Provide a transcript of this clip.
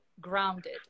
grounded